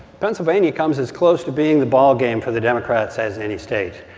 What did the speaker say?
pennsylvania comes as close to being the ballgame for the democrats as any state.